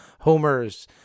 homers